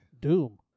Doom